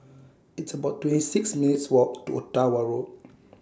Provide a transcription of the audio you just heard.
It's about twenty six minutes' Walk to Ottawa Road